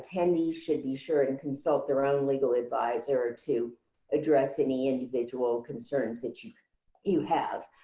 attendees should be sure and consult their own legal advisor to address any individual concerns that you you have.